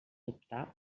optar